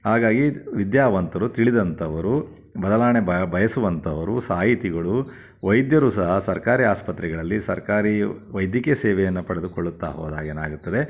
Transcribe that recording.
ಹಾಗಾಗಿ ವಿದ್ಯಾವಂತರು ತಿಳಿದಂಥವರು ಬದಲಾವಣೆ ಬಯ ಬಯಸುವಂಥವರು ಸಾಹಿತಿಗಳು ವೈದ್ಯರು ಸಹ ಸರ್ಕಾರಿ ಆಸ್ಪತ್ರೆಗಳಲ್ಲಿ ಸರ್ಕಾರಿ ವೈದ್ಯಕೀಯ ಸೇವೆಯನ್ನು ಪಡೆದುಕೊಳ್ಳುತ್ತಾ ಹೋದಾಗ ಏನಾಗುತ್ತದೆ